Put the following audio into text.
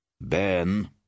Ben